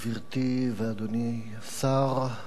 גברתי ואדוני השר,